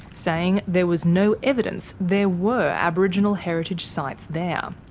saying there was no evidence there were aboriginal heritage sites there.